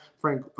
Frank